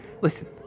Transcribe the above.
Listen